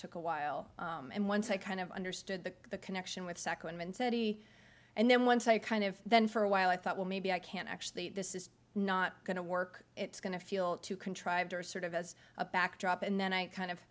took a while and once i kind of understood the connection with second city and then once i kind of then for a while i thought well maybe i can't actually this is not going to work it's going to feel too contrived or sort of as a backdrop and then i kind of